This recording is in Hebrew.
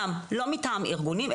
גם לא מטעם ארגונים,